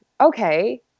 okay